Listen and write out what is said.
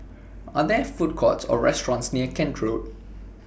Are There Food Courts Or restaurants near Kent Road